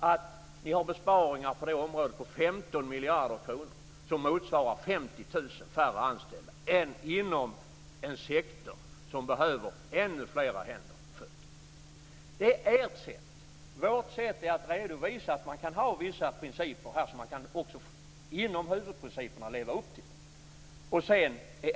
att ni har besparingar på det området på 15 miljarder kronor, som motsvarar 50 000 färre anställda inom en sektor som behöver ännu flera händer och fötter. Det är ert sätt. Vårt sätt är att redovisa att man kan ha vissa principer som man inom huvudprinciperna kan leva upp till.